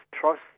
trust